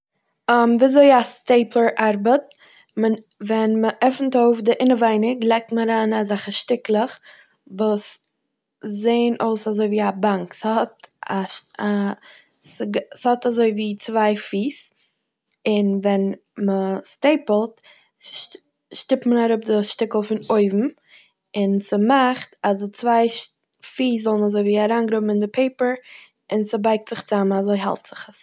ווי אזוי א סטעיפלער ארבעט, מען- ווען מ'עפנט אויף די אינעווייניג לייגט מען אריין אזאלכע שטיקלעך וואס זעהן אויס אזוי ווי א באקס, ס'האט א- א ס'האט אזוי ווי צוויי פיס און ווען מ'סטעיפלט שטופט מען אראפ די שטיקל פון אויבן און ס'מאכט אז די צוויי פיס זאלן אזוי ווי אריינגראבן אין די פעיפער און ס'בייגט זיך צוזאם אזוי האלט זיך עס.